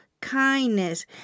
kindness